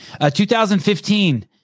2015